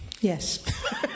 Yes